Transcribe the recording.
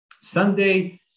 Sunday